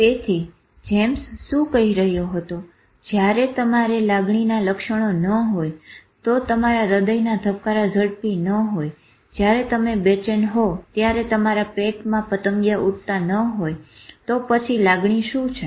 " તેથી જેમ્સ શું કહી રહ્યો હતો જો તમારે લાગણીના લક્ષણો ન હોય તો તમારા હદયના ધબકારા ઝડપી ન હોય જયારે તમે બેચેન હોવ ત્યારે તમારા પેટમાં પતંગિયા ઉડતા ન હોય તો પછી લાગણી શું છે